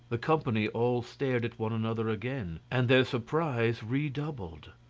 the company all stared at one another again, and their surprise redoubled.